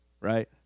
Right